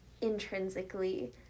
intrinsically